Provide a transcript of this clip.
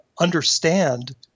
understand